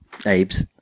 Abe's